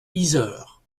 yzeure